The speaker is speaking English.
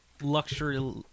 luxury